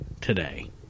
today